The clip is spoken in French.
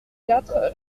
quatre